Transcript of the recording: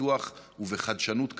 בפיתוח ובחדשנות כחול-לבן.